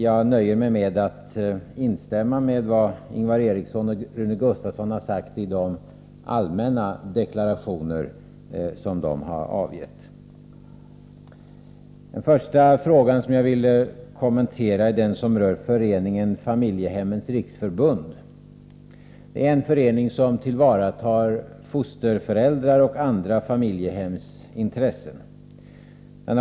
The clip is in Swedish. Jag nöjer mig med att instämma i vad Ingvar Eriksson och Rune Gustavsson har sagt och i de allmänna deklarationer som de har avgett. Den första fråga jag vill kommentera är den som rör föreningen Familjehemmens riksförbund. Det är en förening som tillvaratar fosterföräldrars och andra familjehems intressen.